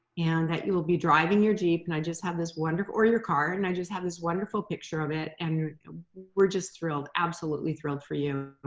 and that you will be driving your jeep and i just have this wonderful, or your car, and i just have this wonderful picture of it. and we're just thrilled, absolutely thrilled for you.